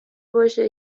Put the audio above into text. باشه